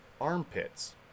Armpits